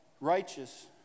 righteous